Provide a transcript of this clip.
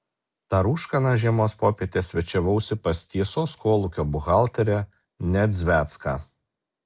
tą rūškaną žiemos popietę svečiavausi pas tiesos kolūkio buhalterę nedzvecką